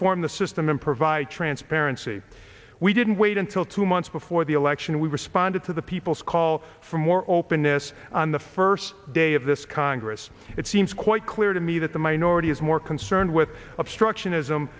reform the system and provide transparency we didn't wait until two months before the election we responded to the people's call for more openness on the first day of this congress it seems quite clear to me that the minority is more concerned with obstructionism